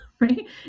Right